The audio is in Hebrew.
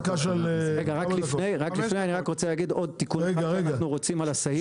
רק לפני ההתייעצות אני רוצה להגיד עוד תיקון שאנחנו רוצים על הסעיף.